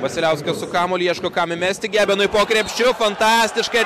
vasiliauskas su kamuoliu ieško kam įmesti gebenui po krepšiu fantastiškai